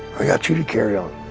i got you to carry on.